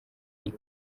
ari